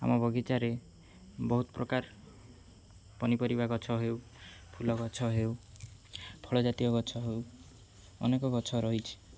ଆମ ବଗିଚାରେ ବହୁତ ପ୍ରକାର ପନିପରିବା ଗଛ ହେଉ ଫୁଲ ଗଛ ହେଉ ଫଳ ଜାତୀୟ ଗଛ ହେଉ ଅନେକ ଗଛ ରହିଛି